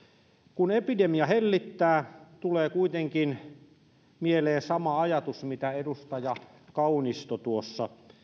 kun epidemia hellittää tulee kuitenkin mieleen sama ajatus kuin mitä edustaja kaunisto tuossa